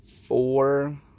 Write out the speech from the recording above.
four